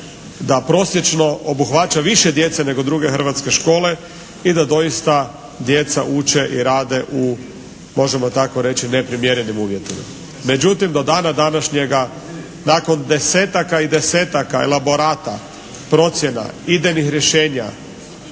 Da prosječno obuhvaća više djece nego druge hrvatske škole i da doista djeca uče i rade u, možemo tako reći u neprimjerenim uvjetima. Međutim do dana današnjega nakon desetaka i desetaka elaborata, procjena, idejnih rješenja,